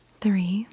Three